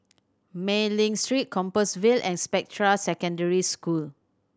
Mei Ling Street Compassvale and Spectra Secondary School